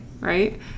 right